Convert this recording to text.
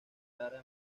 lara